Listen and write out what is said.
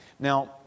Now